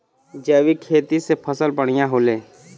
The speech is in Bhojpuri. जैविक खेती से फसल बढ़िया होले